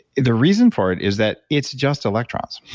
the reason for it is that it's just electrons.